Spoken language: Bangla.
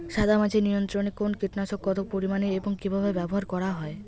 সাদামাছি নিয়ন্ত্রণে কোন কীটনাশক কত পরিমাণে এবং কীভাবে ব্যবহার করা হয়?